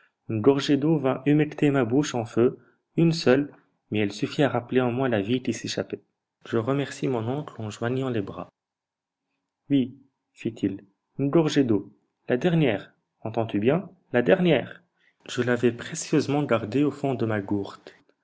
gorgée d'eau vint humecter ma bouche en feu une seule mais elle suffit à rappeler en moi la vie qui s'échappait je remerciai mon oncle en joignant les mains oui fit-il une gorgée d'eau la dernière entends-tu bien la dernière je l'avais précieusement gardée au fond de ma gourde